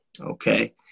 Okay